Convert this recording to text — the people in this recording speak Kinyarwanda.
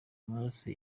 amaraso